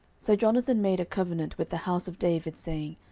so jonathan made a covenant with the house of david, saying,